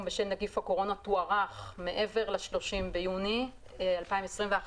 בשל נגיף הקורונה תוארך מעבר ל-30 ביוני 2021,